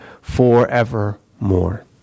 forevermore